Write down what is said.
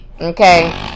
okay